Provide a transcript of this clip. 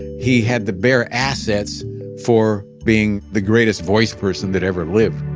he had the bare assets for being the greatest voice person that ever lived